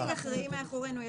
וגם נושאים אחרים מאחורינו.